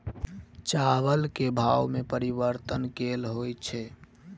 चावल केँ भाव मे परिवर्तन केल होइ छै?